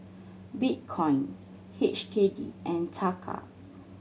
Bitcoin H K D and Taka